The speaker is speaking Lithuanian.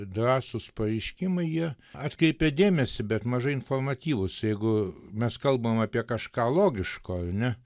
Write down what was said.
drąsūs pareiškimai jie atkreipia dėmesį bet mažai informatyvūs jeigu mes kalbam apie kažką logiško ar ne